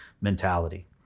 mentality